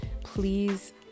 please